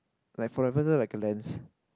like for example like a lens